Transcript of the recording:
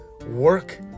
work